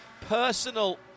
personal